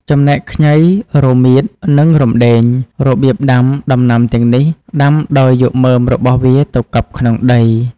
ចំណែក ខ្ញី រមៀត និងរំដេង របៀបដាំ ដំណាំទាំងនេះដាំដោយយកមើមរបស់វាទៅកប់ក្នុងដី។